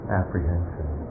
apprehension